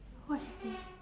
what she say